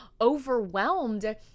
overwhelmed